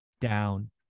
down